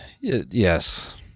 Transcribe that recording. Yes